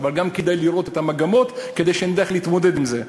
אבל גם כדאי לראות את המגמות כדי שנדע איך להתמודד עם זה.